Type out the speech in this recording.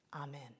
Amen